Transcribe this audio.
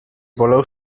voleu